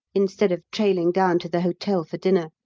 instead of trailing down to the hotel for dinner.